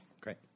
Great